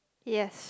yes